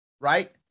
right